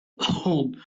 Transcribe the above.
old